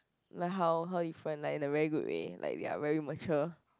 like how how different like in a very good way like they are very mature